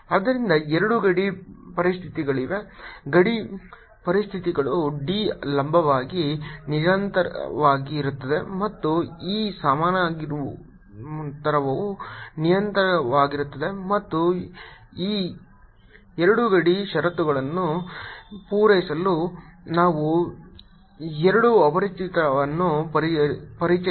ಆದ್ದರಿಂದ 2 ಗಡಿ ಪರಿಸ್ಥಿತಿಗಳಿವೆ ಗಡಿ ಪರಿಸ್ಥಿತಿಗಳು D ಲಂಬವಾಗಿ ನಿರಂತರವಾಗಿರುತ್ತವೆ ಮತ್ತು E ಸಮಾನಾಂತರವು ನಿರಂತರವಾಗಿರುತ್ತದೆ ಮತ್ತು ಈ 2 ಗಡಿ ಷರತ್ತುಗಳನ್ನು ಪೂರೈಸಲು ನಾವು 2 ಅಪರಿಚಿತರನ್ನು ಪರಿಚಯಿಸಿದ್ದೇವೆ q 1 ಮತ್ತು q 2